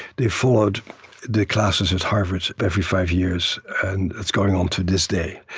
they followed the classes at harvard every five years, and it's going on to this day.